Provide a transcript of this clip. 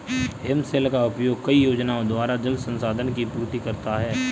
हिमशैल का उपयोग कई योजनाओं द्वारा जल संसाधन की पूर्ति करता है